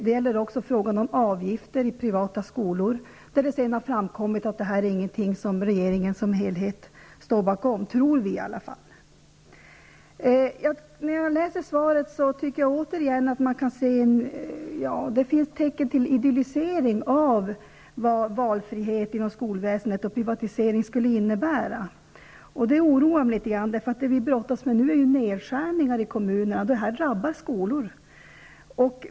Det gäller också frågan om avgifter i privata skolor. Det har framkommit att det inte är någonting som regeringen som helhet står bakom -- tror vi i alla fall. När jag läser svaret tycker jag mig se tecken till idyllisering av vad valfrihet och privatisering inom skolväsendet skulle innebära. Det oroar mig litet grand. Vad vi brottas med är nedskärningar i kommuner. Det drabbar skolan.